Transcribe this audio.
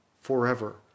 forever